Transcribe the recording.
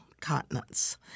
continents